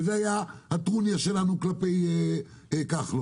זו הייתה הטרוניה שלנו כלפי כחלון.